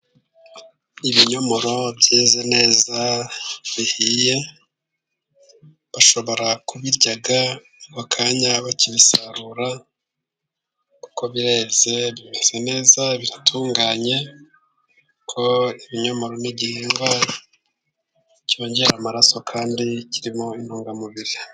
Ibinyomoro byeze neza bihiye. Bashobora kubirya ako kanya bakibisarura kuko bireze, bimeze neza biratunganye kuko ibinyomoro ni igihingwa cyongera amaraso kandi kirimo intungamubiri.